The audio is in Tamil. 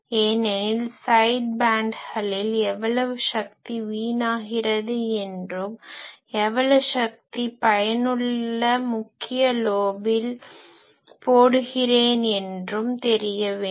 ஏனெனில் ஸைட் பேன்ட்களில் எவ்வளவு சக்தி வீணாகிறது என்றும் எவ்வளவு பயனுள்ளதை முக்கிய பீமில் போடுகிறேன் என்றும் தெரிய வேண்டும்